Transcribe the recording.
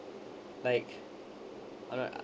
like I'm not